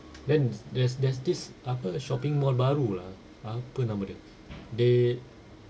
then there's there's this apa shopping mall baru lah apa nama dia they